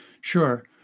Sure